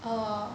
oh